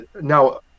now